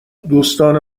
دوستان